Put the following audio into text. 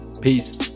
Peace